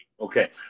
Okay